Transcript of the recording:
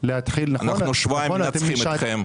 כבר שבועיים אנחנו מנצחים אתכם.